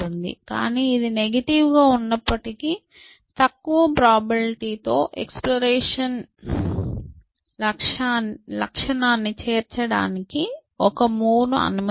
కాని ఇది నెగిటివ్ గా ఉన్నప్పటికీ తక్కువ ప్రాబబిలిటీ తో ఎక్సప్లోరేషన్ లక్షణాన్ని చేర్చడానికి ఒక మూవ్ ను అనుమతిస్తాం